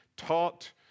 taught